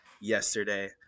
yesterday